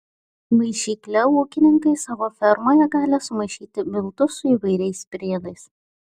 maišykle ūkininkai savo fermoje gali sumaišyti miltus su įvairiais priedais